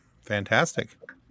Fantastic